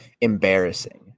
embarrassing